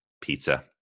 Pizza